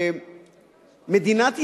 שמדינת ישראל,